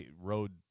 road